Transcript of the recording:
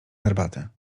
herbatę